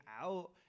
out